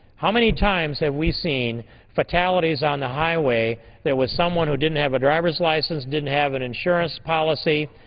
how many times have we seen fatalities on the highway that was someone who didn't have a driver's license, didn't have an insurance policy,